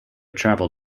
travel